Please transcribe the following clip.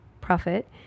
profit